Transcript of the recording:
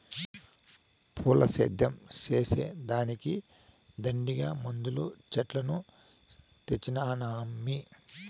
పూల సేద్యం చేసే దానికి దండిగా మందు చెట్లను తెచ్చినానమ్మీ